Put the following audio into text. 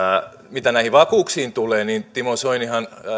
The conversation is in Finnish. mitä näihin vakuuksiin tulee niin